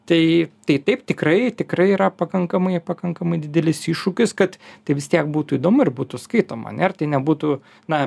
tai tai taip tikrai tikrai yra pakankamai pakankamai didelis iššūkis kad tai vis tiek būtų įdomu ir būtų skaitoma ane ir tai nebūtų na